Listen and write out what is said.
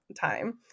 time